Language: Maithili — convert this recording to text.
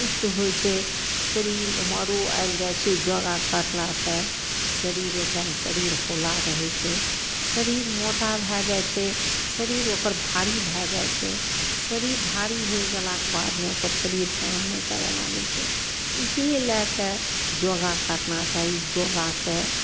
पुष्ट होइ छै शरीर उमरो आयल जाइ छै योगा करलासँ शरीर एकदम शरीर हौला रहय छै शरीर मोटा भए जाइ छै शरीर ओकर भारी भए जाइ छै शरीर भारी होइ गेलाके बादमे ओकर शरीर काम नहि करऽ लागय छै यही लएके योगा करना चाही योगासँ